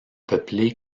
peuplé